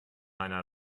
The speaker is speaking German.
einer